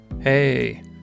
Hey